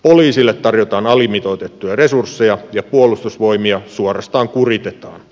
poliisille tarjotaan alimitoitettuja resursseja ja puolustusvoimia suorastaan kuritetaan